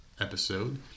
episode